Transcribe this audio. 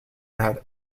had